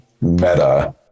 meta